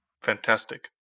Fantastic